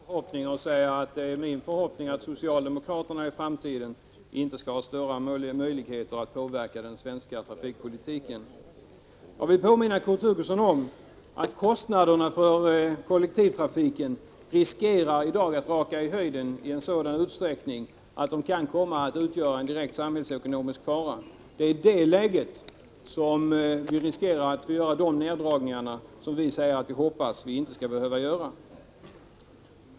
Herr talman! Jag får återgälda Kurt Hugossons förhoppning med att säga att det är min förhoppning att socialdemokraterna i framtiden inte skall ha stora möjligheter att påverka den svenska trafikpolitiken. Jag vill påminna Kurt Hugosson om att kostnaderna för kollektivtrafiken i dag hotar att raka i höjden i en sådan utsträckning att de kan komma att utgöra en direkt samhällsekonomisk fara. Det är i det läget som vi riskerar att få göra de neddragningar som vi säger att vi hoppas att vi inte skall behöva göra.